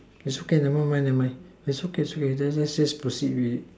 it's okay never mind never mind its okay okay then let's just proceed with